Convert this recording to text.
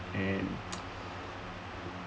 and